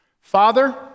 Father